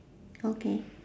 okay